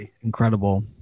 incredible